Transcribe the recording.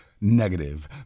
Negative